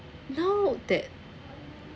now that